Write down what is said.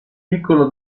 piccolo